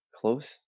close